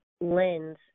lens